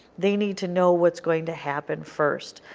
they need to know what is going to happen first.